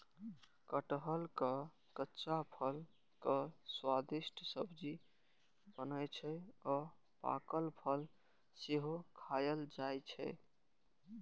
कटहलक कच्चा फल के स्वादिष्ट सब्जी बनै छै आ पाकल फल सेहो खायल जाइ छै